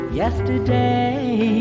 yesterday